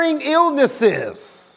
illnesses